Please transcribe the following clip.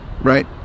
right